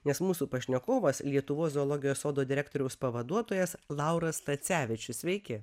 nes mūsų pašnekovas lietuvos zoologijos sodo direktoriaus pavaduotojas lauras tacevičius sveiki